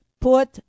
put